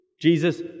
Jesus